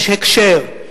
יש הקשר,